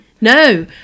No